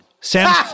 Sam